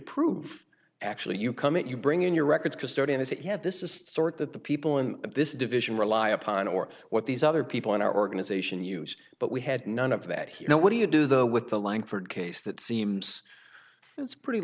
prove actually you come it you bring in your records custodian is that he had this is the sort that the people in this division rely upon or what these other people in our organization use but we had none of that you know what do you do though with the langford case that seems it's pretty